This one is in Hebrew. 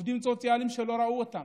עובדים סוציאליים לא ראו אותם.